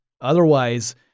otherwise